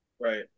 right